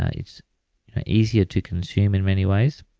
ah it's easier to consume in many ways,